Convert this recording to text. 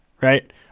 right